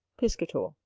piscator.